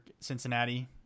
cincinnati